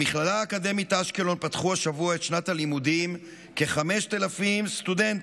במכללה האקדמית אשקלון פתחו השבוע את שנת הלימודים כ-5,000 סטודנטים,